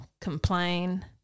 complain